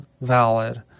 valid